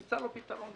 נמצא לו פתרון ראוי.